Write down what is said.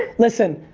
listen,